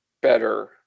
better